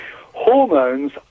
hormones